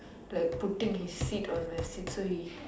like putting his seat on my seat so he